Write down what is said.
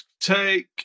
take